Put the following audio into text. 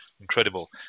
incredible